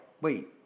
wait